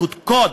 בקודקוד.